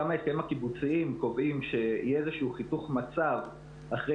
גם ההסכמים הקיבוציים קובעים שיהיה איזשהו חיתוך מצב אחרי